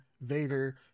vader